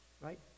Right